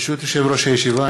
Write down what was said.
ברשות יושב-ראש הישיבה,